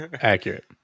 accurate